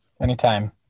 Anytime